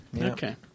Okay